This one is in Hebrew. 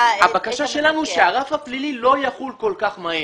הבקשה שלנו היא שהרף הפלילי לא יחול כל כך מהר.